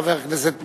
חבר הכנסת מג'אדלה.